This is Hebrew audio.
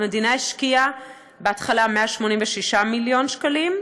המדינה השקיעה בהתחלה 186 מיליון שקלים,